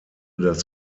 das